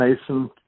Mason